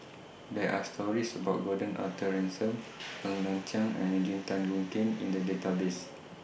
There Are stories about Gordon Arthur Ransome Ng Ng Chiang and Eugene Tan Boon Kheng in The Database